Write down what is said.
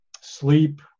sleep